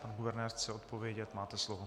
Pan guvernér chce odpovědět, máte slovo.